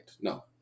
No